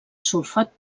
sulfat